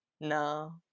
no